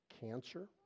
Cancer